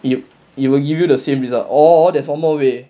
it will give you the same result or there's one more way